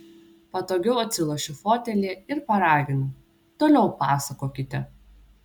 patogiau atsilošiu fotelyje ir paraginu toliau pasakokite